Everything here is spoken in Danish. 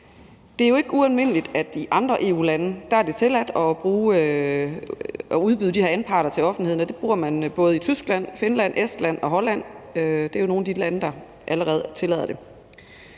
Det er jo ikke ualmindeligt at bruge det i andre EU-lande, hvor det er tilladt at udbyde de her anparter til offentligheden, og det bruger man både i Tyskland, Finland, Estland og Holland. Det er nogle af de lande, der allerede tillader det.